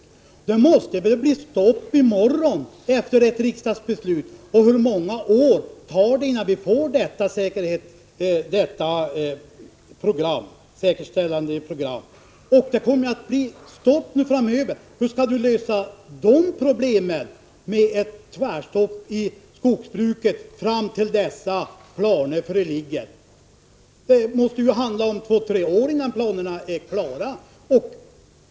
Efter ett riksdagsbeslut i enlighet med folkpartiets reservation måste det väl bli stopp för avverkning i morgon, och hur många år tar det sedan innan vi får ett säkerställandeprogram? Hur skall Lars Ernestam lösa problemen med ett tvärstopp i skogsbruket fram till dess att detta program föreligger? Det måste ju handla om två tre år innan planerna är klara.